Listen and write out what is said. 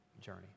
journey